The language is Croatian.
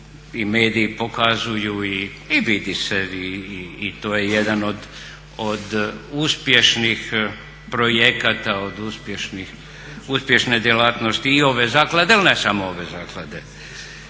i mediji pokazuju i vidi se i to je jedan od uspješnih projekata, od uspješne djelatnosti i ove zaklade, ali ne samo ove zaklade.